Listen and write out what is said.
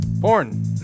Porn